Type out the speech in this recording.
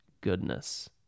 goodness